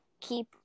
keep